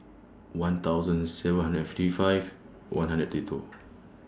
one thousand and seven hundred fifty five one hundred thirty two